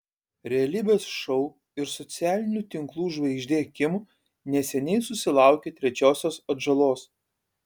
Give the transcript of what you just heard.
realybės šou ir socialinių tinklų žvaigždė kim neseniai susilaukė trečiosios atžalos